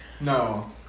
No